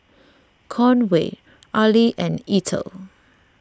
Conway Arly and Ethel